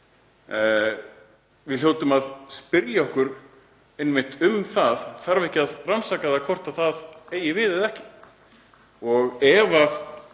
Við hljótum að spyrja okkur einmitt um það. Þarf ekki að rannsaka hvort það eigi við eða ekki? Og ef